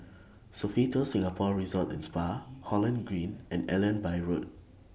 Sofitel Singapore Resort and Spa Holland Green and Allenby Road